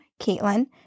Caitlin